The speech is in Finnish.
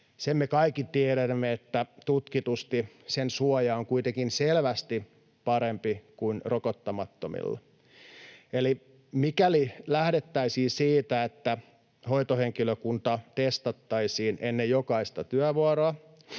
sen me kaikki tiedämme, että tutkitusti sen suoja on kuitenkin selvästi parempi kuin rokottamattomilla. Mikäli lähdettäisiin siitä, että hoitohenkilökunta testattaisiin ennen jokaista työvuoroa,